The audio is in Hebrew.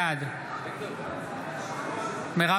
בעד מרב